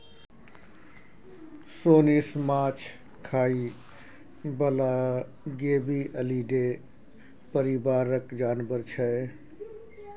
सोंइस माछ खाइ बला गेबीअलीडे परिबारक जानबर छै